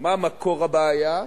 מה מקור הבעיה,